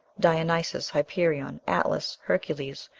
dionysos, hyperion, atlas, hercules,